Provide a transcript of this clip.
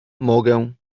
mogę